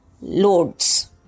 loads